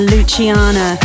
Luciana